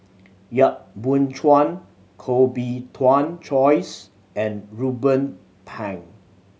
Yap Boon Chuan Koh Bee Tuan Joyce and Ruben Pang